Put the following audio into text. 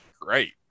great